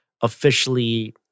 officially